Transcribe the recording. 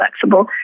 flexible